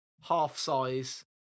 half-size